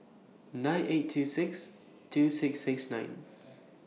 nine eight two six two six six nine